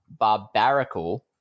Barbarical